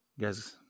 guys